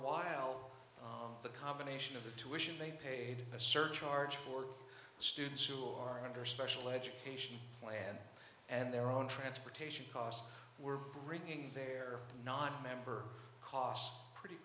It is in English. while the combination of the tuition they paid a surcharge for students who are under special education plan and their own transportation costs were bringing their nonmember costs pretty